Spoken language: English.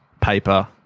paper